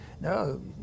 no